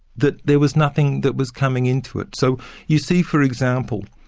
that there was nothing that was coming into it. so you see for example,